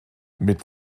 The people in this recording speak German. mit